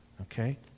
okay